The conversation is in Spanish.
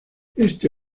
este